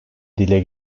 dile